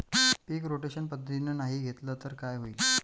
पीक rotation पद्धतीनं नाही घेतलं तर काय होईन?